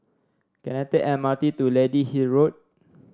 can I take M R T to Lady Hill Road